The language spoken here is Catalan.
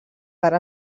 tard